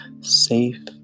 safe